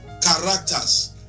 characters